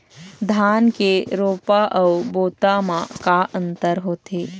धन के रोपा अऊ बोता म का अंतर होथे?